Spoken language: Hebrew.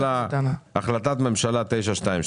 יש החלטת ממשלה מספר 922: